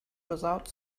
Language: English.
without